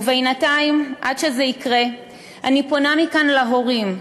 ובינתיים, עד שזה יקרה, אני פונה מכאן להורים.